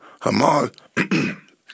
Hamas